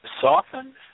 soften